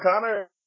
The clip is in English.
Connor